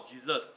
Jesus